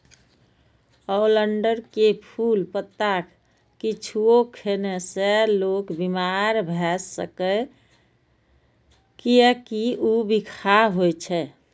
oleander के फूल, पत्ता किछुओ खेने से लोक बीमार भए सकैए, कियैकि ऊ बिखाह होइ छै